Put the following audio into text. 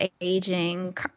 aging